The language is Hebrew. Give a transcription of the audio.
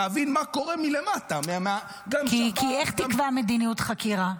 להבין מה קורה מלמטה --- כי איך תקבע מדיניות לחקירה?